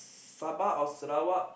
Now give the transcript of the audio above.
Sabah or Sarawak